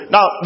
Now